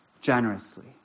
generously